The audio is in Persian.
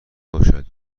باشد